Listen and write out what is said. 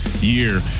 year